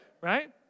right